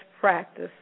practice